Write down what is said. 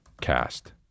Cast